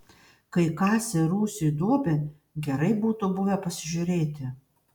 kai kasė rūsiui duobę gerai būtų buvę pasižiūrėti